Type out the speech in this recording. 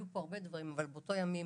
באותם ימים